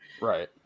right